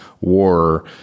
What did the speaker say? war